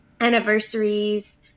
Anniversaries